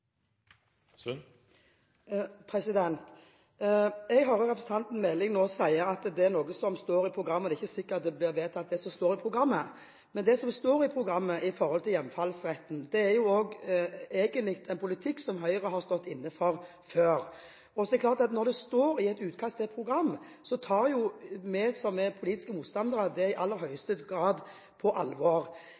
vekstpotensial. Jeg hører at representanten Meling nå sier at dette er noe som står i programforslaget, men at det ikke er sikkert at det som står i programforslaget, blir vedtatt. Men det som står i programforslaget med hensyn til hjemfallsretten, er egentlig politikk som Høyre har stått inne for før. Det er klart at det som står i et utkast til et program, tar vi som er politiske motstandere, i aller høyeste grad på alvor.